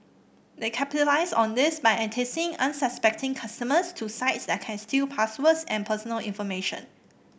they capitalise on this by enticing unsuspecting consumers to sites that can steal passwords and personal information